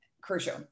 crucial